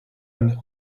and